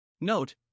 Note